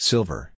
Silver